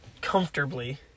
comfortably